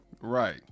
Right